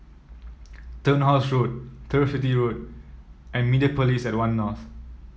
Turnhouse Road Turf City Road and Mediapolis at One North